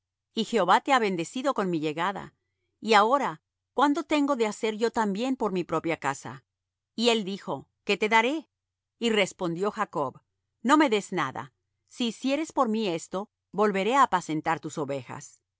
y jehová te ha bendecido con mi llegada y ahora cuándo tengo de hacer yo también por mi propia casa y él dijo qué te daré y respondió jacob no me des nada si hicieres por mí esto volveré á apacentar tus ovejas